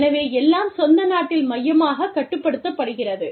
எனவே எல்லாம் சொந்த நாட்டில் மையமாகக் கட்டுப்படுத்தப்படுகிறது